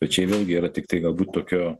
bet čia vėlgi yra tiktai galbūt tokio